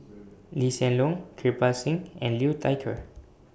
Lee Hsien Loong Kirpal Singh and Liu Thai Ker